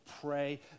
pray